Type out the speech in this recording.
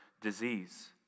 disease